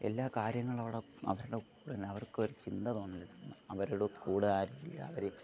എല്ലാ കാര്യങ്ങളോടും അവരുടെ കൂടെ അവർക്ക് ഒരു ചിന്ത തോന്നരുത് അവരുടെ കൂടെ ആരും ഇല്ല അവർ